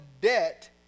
debt